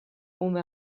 ume